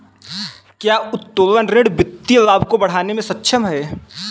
क्या उत्तोलन ऋण वित्तीय लाभ को बढ़ाने में सक्षम है?